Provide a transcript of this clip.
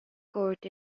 court